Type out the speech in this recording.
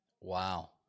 Wow